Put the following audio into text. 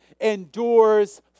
endures